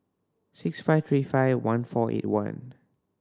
six five three five one four eight one